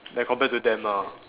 like compared to them ah